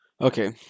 Okay